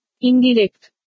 Indirect